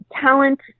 talent